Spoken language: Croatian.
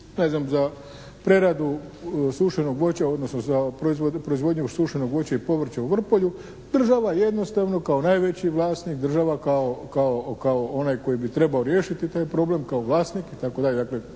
za preradu sušenog voća, odnosno za proizvodnju sušenog voća i povrća u Vrpolju, država jednostavno kao najveći vlasnik, država kao onaj koji bi trebao riješiti taj problem, kao vlasnik itd.